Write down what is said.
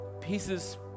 pieces